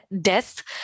death